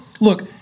look